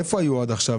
איפה זה היה עד עכשיו?